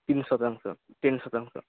ten শতাংশ ten শতাংশ